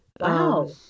Wow